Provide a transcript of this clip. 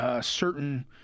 Certain